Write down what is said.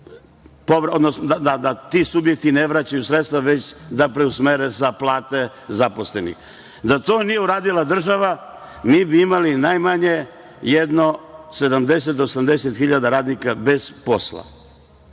da ti subjekti ne vraćaju sredstva, već da preusmere za plate zaposlenih. Da to nije uradila država, mi bi imali najmanje jedno 70.000 do 80.000 radnika bez posla